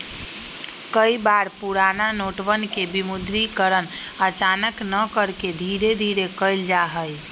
कई बार पुराना नोटवन के विमुद्रीकरण अचानक न करके धीरे धीरे कइल जाहई